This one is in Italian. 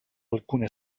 alcune